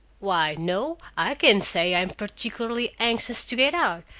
why, no, i can't say i'm particularly anxious to get out,